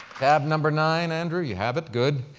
tab number nine, andrew, you have it? good.